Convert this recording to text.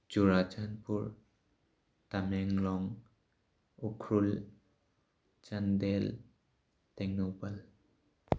Churachandpur Tamenglong Ukhrul Chandel Tengnoupal